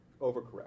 overcorrect